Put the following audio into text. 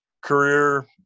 career